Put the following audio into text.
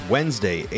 Wednesday